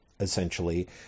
essentially